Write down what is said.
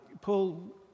Paul